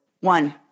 One